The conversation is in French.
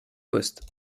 postes